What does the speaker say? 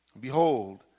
Behold